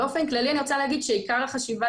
באופן כללי אני רוצה להגיד שעיקר החשיבה